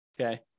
okay